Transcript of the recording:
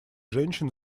женщин